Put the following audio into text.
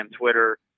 twitter